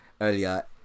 earlier